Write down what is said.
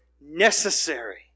necessary